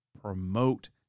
promote